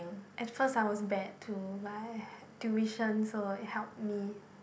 at first I was bad too but I had tuition so it help me